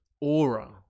aura